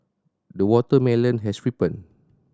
the watermelon has ripened